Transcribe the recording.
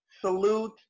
salute